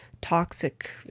toxic